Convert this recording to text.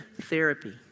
therapy